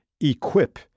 equip